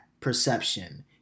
perception